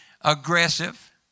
aggressive